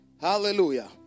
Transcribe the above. Hallelujah